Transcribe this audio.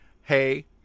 Hey